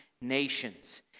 nations